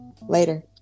Later